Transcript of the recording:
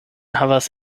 havas